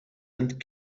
and